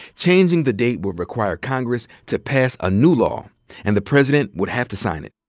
changing the date would require congress to pass a new law and the president would have to sign it.